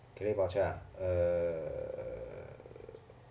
credit voucher uh